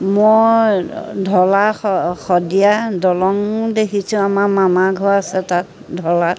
মই ঢলা শদিয়া দলঙো দেখিছোঁ আমাৰ মামাৰ ঘৰ আছে তাত ঢলাত